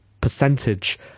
percentage